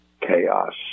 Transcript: chaos